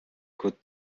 good